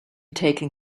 taken